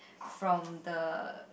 from the